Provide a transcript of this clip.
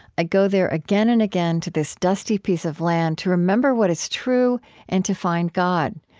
i go there again and again, to this dusty piece of land, to remember what is true and to find god.